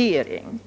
prioritering.